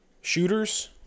Shooters